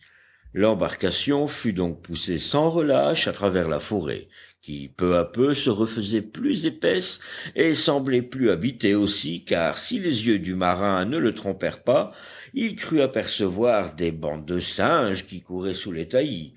l'embarcation fut donc poussée sans relâche à travers la forêt qui peu à peu se refaisait plus épaisse et semblait plus habitée aussi car si les yeux du marin ne le trompèrent pas il crut apercevoir des bandes de singes qui couraient sous